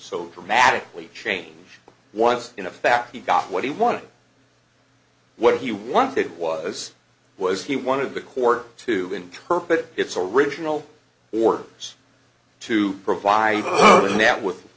so dramatically change once in a fact he got what he wanted what he wanted was was he wanted the court to interpret its original orbs to provide the net with